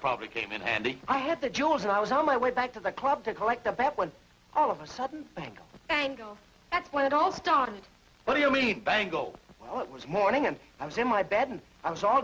probably came in handy i had the jewels and i was on my way back to the club to collect the bank when all of a sudden bank angle that's when it all started well you mean bangle well it was morning and i was in my bed and i was all